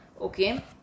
okay